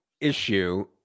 issue